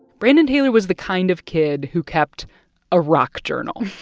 brandon taylor was the kind of kid who kept a rock journal